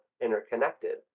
interconnected